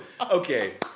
Okay